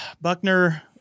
Buckner